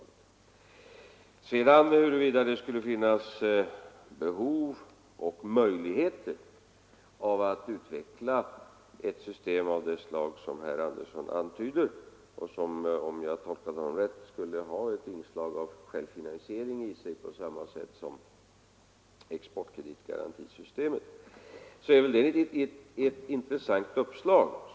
Vad gäller frågan huruvida det skulle finnas behov och möjligheter att utveckla ett system av det slag som herr Andersson antyder, vilket — om jag tolkat honom rätt — på samma sätt som exportkreditgarantisystemet skulle ha ett moment av självfinansiering, så tycker jag att det i och för sig är ett intressant uppslag.